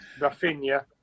Rafinha